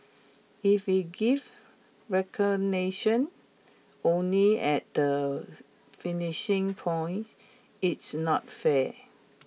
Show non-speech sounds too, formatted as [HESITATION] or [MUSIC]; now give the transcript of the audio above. if we give recognition only at the [HESITATION] finishing point it's not fair